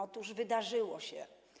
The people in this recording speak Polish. Otóż wydarzyło się.